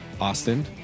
austin